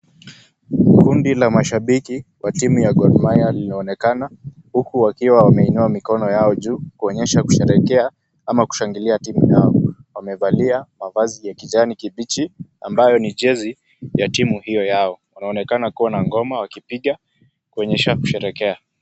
Kundi la mashabiki wa timu ya Gormahia linaonekana huku wakiwa wameinua timu yao juu kuonyesha kusherehekea ama kushangilia timu yao. Wamevalia mavazi ya kijani kibichi ambayo ni jezi ya timu hiyo yao. Wanaonekana kuwa na ngoma wakipiga kuonyesha kusherehekea.